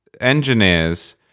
engineers